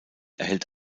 erhält